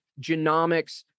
genomics